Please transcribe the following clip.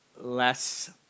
less